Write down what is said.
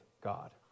God